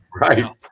Right